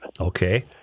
Okay